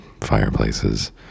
fireplaces